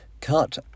Cut